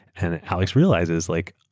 and alex realizes like,